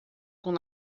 con